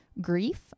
grief